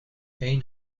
eén